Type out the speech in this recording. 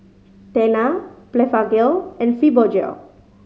Tena Blephagel and Fibogel